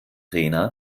rena